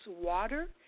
water